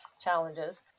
challenges